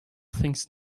thinks